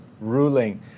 ruling